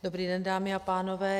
Dobrý den, dámy a pánové.